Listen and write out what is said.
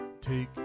Take